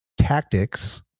tactics